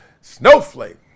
Snowflake